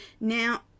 now